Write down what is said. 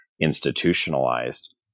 institutionalized